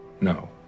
No